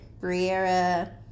Briera